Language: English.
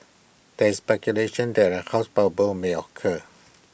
there is speculation that A house bubble may occur